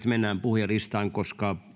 mennään puhujalistaan koska